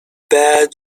bad